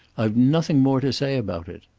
i've nothing more to say about it.